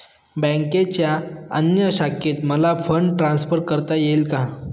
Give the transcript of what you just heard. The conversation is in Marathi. बँकेच्या अन्य शाखेत मला फंड ट्रान्सफर करता येईल का?